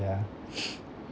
yeah